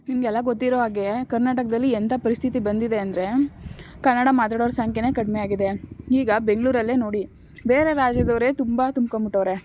ನಿಮಗೆಲ್ಲ ಗೊತ್ತಿರೊ ಹಾಗೆ ಕರ್ನಾಟಕದಲ್ಲಿ ಎಂಥ ಪರಿಸ್ಥಿತಿ ಬಂದಿದೆ ಅಂದರೆ ಕನ್ನಡ ಮಾತಾಡೋರ ಸಂಖ್ಯೆನೇ ಕಡಿಮೆ ಆಗಿದೆ ಈಗ ಬೆಂಗಳೂರಲ್ಲೇ ನೋಡಿ ಬೇರೆ ರಾಜ್ಯದವರೆ ತುಂಬ ತುಂಬ್ಕೊಂಡ್ಬಿಟ್ಟವ್ರೆ